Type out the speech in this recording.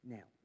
Now